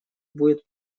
будет